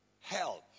help